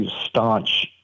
staunch